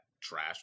trash